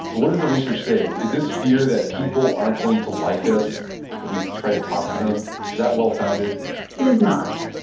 so what does the research say? is is this fear that people aren't going to like us if we try to talk to them, is that well founded? it is not.